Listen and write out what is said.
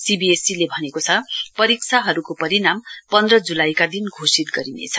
सीबीएसईले भनेको छ परीक्षाहरुको परिणाम पन्ध्र जुलाईका दिन घोषित गरिनेछ